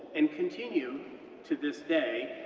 and continue to this day,